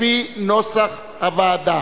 לפי נוסח הוועדה.